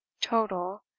Total